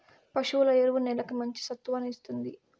పశువుల ఎరువు నేలకి మంచి సత్తువను ఇస్తుంది